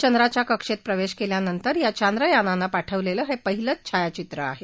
चंद्राच्या कक्षेत प्रवेश केल्यानंतर या चांद्रयानानं पाठवलेलं हे पहिलंच छायाचित्र आहे